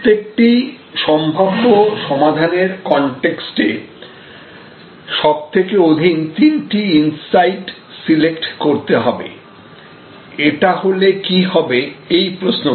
প্রত্যেকটি সম্ভাব্য সমাধানের কন্টেক্সটে সবথেকে অধিক তিনটি ইন্সাইট সিলেক্ট করতে হবে এটা হলে কি হবে এই প্রশ্ন করে